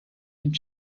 dem